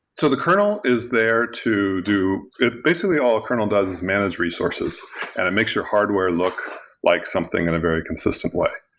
so the kernel is there to do basically, all a kernel does is manage resources and it makes your hardware look like something in a very consistent way.